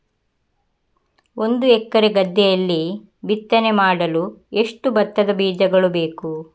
ಒಂದು ಎಕರೆ ಗದ್ದೆಯಲ್ಲಿ ಬಿತ್ತನೆ ಮಾಡಲು ಎಷ್ಟು ಭತ್ತದ ಬೀಜಗಳು ಬೇಕು?